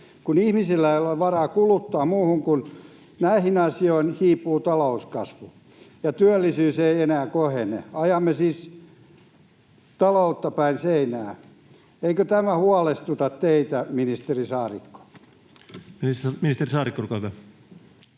Kun ihmisillä ei ole varaa kuluttaa muuhun kuin näihin asioihin, hiipuu talouskasvu eikä työllisyys enää kohene. Ajamme siis taloutta päin seinää. Eikö tämä huolestuta teitä, ministeri Saarikko? Ministeri Saarikko, olkaa